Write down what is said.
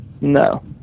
No